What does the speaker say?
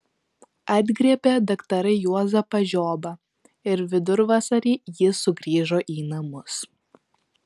atgriebė daktarai juozapą žiobą ir vidurvasarį jis sugrįžo į namus